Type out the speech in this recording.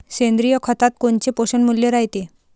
सेंद्रिय खतात कोनचे पोषनमूल्य रायते?